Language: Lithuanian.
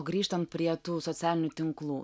o grįžtant prie tų socialinių tinklų